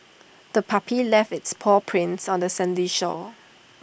the puppy left its paw prints on the sandy shore